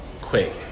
quick